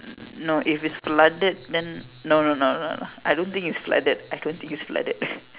no if it's flooded then no no no no I don't think it's flooded I don't think is flooded